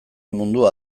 mundua